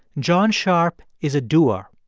john sharp is a doer,